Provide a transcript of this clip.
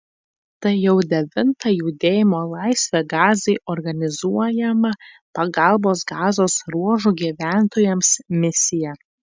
tai jau devinta judėjimo laisvę gazai organizuojama pagalbos gazos ruožo gyventojams misija